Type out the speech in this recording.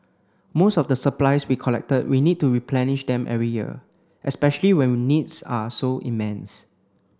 most of the supplies we collected we need to replenish them every year especially when needs are so immense